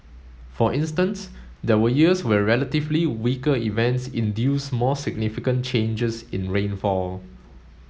for instance there were years where relatively weaker events induced more significant changes in rainfall